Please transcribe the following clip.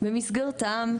במסגרתם,